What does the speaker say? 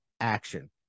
action